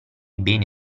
beni